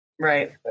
Right